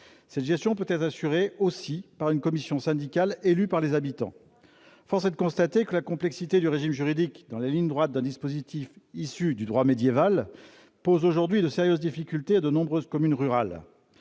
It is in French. Cette gestion peut être assurée aussi par une commission syndicale élue par les habitants. Force est de constater que la complexité du régime juridique, dans la ligne droite d'un dispositif issu du droit médiéval, pose aujourd'hui de sérieuses difficultés à de nombreuses communes rurales.